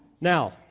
Now